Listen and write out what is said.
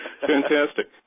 Fantastic